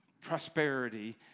prosperity